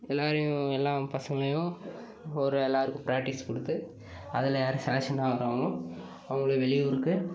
எல்லாரையும் எல்லா பசங்களையும் ஒரு எல்லாருக்கும் ப்ராக்ட்டிஸ் கொடுத்து அதில் யார் செலக்ஷன் ஆகுறாங்களோ அவங்ள வெளி ஊருக்கு